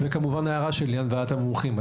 וכמובן ההערה של עניין ועדת המומחים.